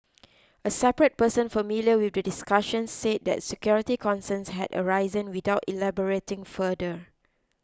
a separate person familiar with the discussions said that security concerns had arisen without elaborating further